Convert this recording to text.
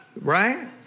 Right